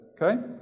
Okay